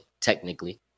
technically